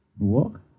Walk